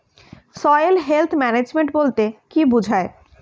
Soil health management বলতে কি বুঝায়?